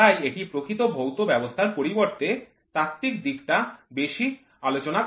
তাই এটি প্রকৃত ভৌত ব্যবস্থার পরিবর্তে তাত্ত্বিক দিকটা বেশি আলোচনা করে